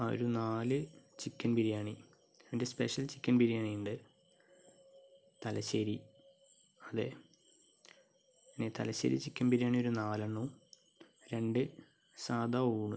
അതിൽ നാല് ചിക്കന് ബിരിയാണി എന്റെ സ്പെഷ്യല് ചിക്കന് ബിരിയാണി ഉണ്ട് തലശ്ശേരി അതെ ഇനി തലശ്ശേരി ചിക്കന് ബിരിയാണി ഒരു നാല്ലെണ്ണവും രണ്ട് സാദാ ഊണ്